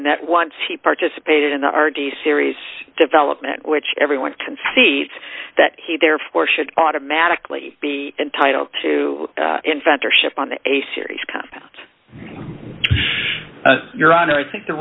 and that once he participated in our day series development which everyone concedes that he therefore should automatically be entitled to inventor ship on a series concept your honor i think the